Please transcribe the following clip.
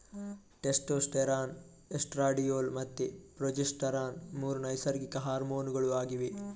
testosterone, estradiol ಮತ್ತೆ progesterone ಮೂರು ನೈಸರ್ಗಿಕ ಹಾರ್ಮೋನುಗಳು ಆಗಿವೆ